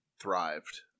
thrived